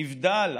נבדל.